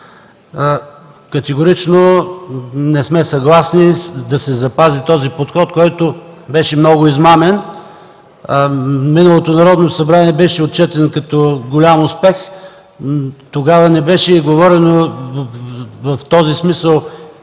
Категорично не сме съгласни да се запази този измамен подход, който в миналото Народно събрание беше отчетен като голям успех. Тогава не беше говорено в този смисъл